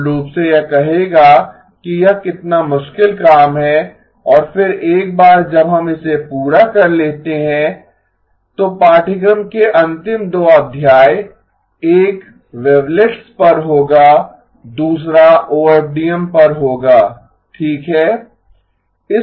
मूल रूप से यह कहेगा कि यह कितना मुश्किल काम है और फिर एक बार जब हम इसे पूरा कर लेते हैं तो पाठ्यक्रम के अंतिम दो अध्याय एक वेवलेट्स पर होगा दूसरा ओएफडीएम पर होगा ठीक है